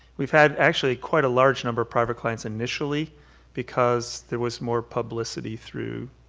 we've had actually quite a large number of private clients initially because there was more publicity through